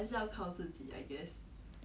mm